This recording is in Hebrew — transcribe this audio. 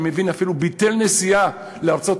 אני מבין שהוא אפילו ביטל נסיעה לארצות-הברית,